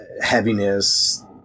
heaviness